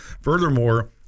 Furthermore